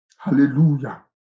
Hallelujah